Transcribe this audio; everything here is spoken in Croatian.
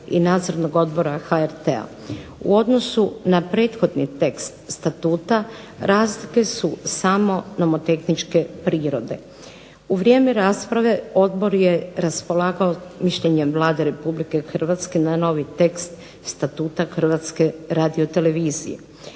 i Nadzornog odbora HRT-a. U odnosu na prethodni tekst Statuta razlike su samo nomotehničke prirode. U vrijeme rasprave Odbor je raspolagao mišljenjem Vlade Republike Hrvatske na novi tekst Statuta Hrvatske radiotelevizije.